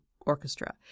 orchestra